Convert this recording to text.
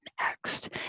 next